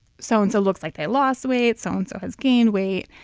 so-and-so looks like they lost weight so-and-so has gained weight.